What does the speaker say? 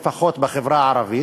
לפחות בחברה הערבית,